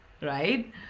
right